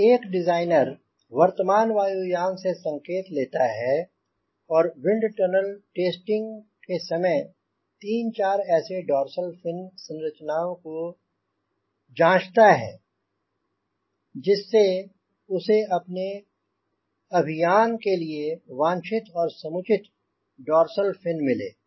पर एक डिजाइनर वर्तमान वायुयान से संकेत लेता है और विंड टनल टेस्टिंग के समय तीन चार ऐसे डोर्सल फिन संरचनाओं को जाँचता है जिससे उसे अपने अभियान के लिए वांछित और समुचित डोर्सल फिन मिले